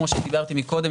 כמו שאמרתי מקודם,